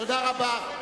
תודה רבה.